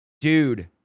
dude